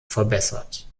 verbessert